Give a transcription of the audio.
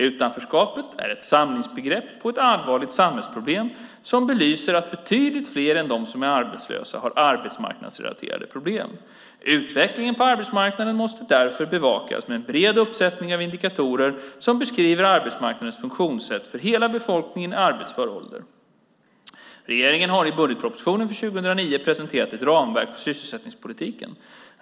Utanförskapet är ett samlingsbegrepp för ett allvarligt samhällsproblem som belyser att betydligt fler än de som är arbetslösa har arbetsmarknadsrelaterade problem. Utvecklingen på arbetsmarknaden måste därför bevakas med en bred uppsättning av indikatorer som beskriver arbetsmarknadssituationen för hela befolkningen i arbetsför ålder. Regeringen har i budgetpropositionen för 2009 presenterat ett ramverk för sysselsättningspolitiken.